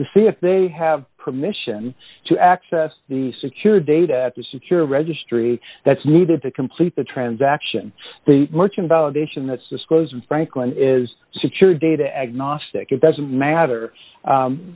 to see if they have permission to access d the secure data to secure a registry that's needed to complete the transaction the merchant validation that's disclosed franklin is secure data agnostic it doesn't